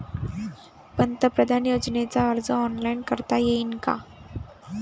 पंतप्रधान योजनेचा अर्ज ऑनलाईन करता येईन का?